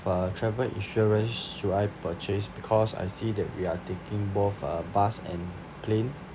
uh travel insurance should I purchase because I see that we are taking both a bus and plane